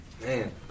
Man